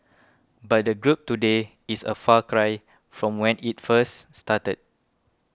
but the group today is a far cry from when it first started